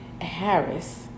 Harris